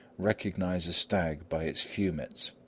recognise a stag by its fumets,